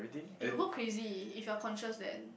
oh your work crazy if you are conscious then